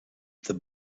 the